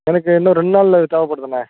எனக்கு இன்னும் ரெண்டு நாளில் தேவைப்படுதுண்ணே